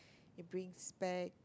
it brings back